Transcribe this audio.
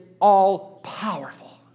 all-powerful